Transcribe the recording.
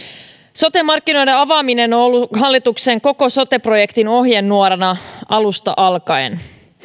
sote markkinoiden avaaminen on ollut hallituksen koko sote projektin ohjenuorana alusta alkaen